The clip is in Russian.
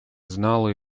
знала